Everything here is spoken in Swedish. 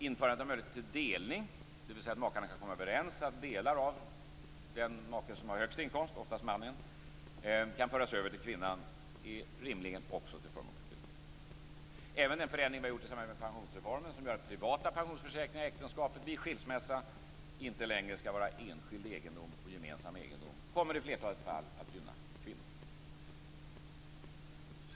Införandet av möjligheten till delning, dvs. att makarna kan komma överens om att delar av pensionsrätten för den make som har den högsta inkomsten, oftast mannen, kan föras över till kvinnan, är rimligen också till förmån för kvinnor. Även den förändring som har gjorts i samband med pensionsreformen och som gör att privata pensionsförsäkringar i äktenskapet vid skilsmässa inte längre skall vara enskild egendom utan gemensam egendom kommer i flertalet fall att gynna kvinnor.